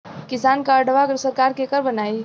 किसान कार्डवा सरकार केकर बनाई?